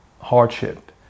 hardship